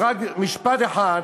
אז רק משפט אחד: